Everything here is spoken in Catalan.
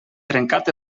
trencat